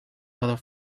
weather